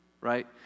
Right